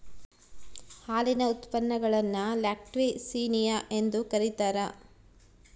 ಹಾಲಿನ ಉತ್ಪನ್ನಗುಳ್ನ ಲ್ಯಾಕ್ಟಿಸಿನಿಯ ಎಂದು ಕರೀತಾರ